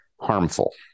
harmful